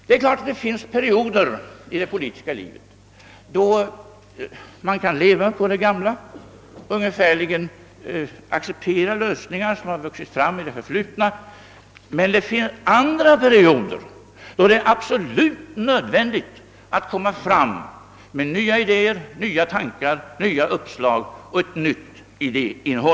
Det finns naturligtvis perioder i det politiska livet då man kan leva på det gamla och mer eller mindre acceptera lösningar som vuxit fram i det förflutna, men det finns andra perioder då det är absolut nödvändigt att framlägga nya idéer, nya tankar och nya uppslag.